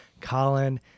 Colin